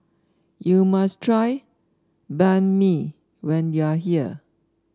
you must try Banh Mi when you are here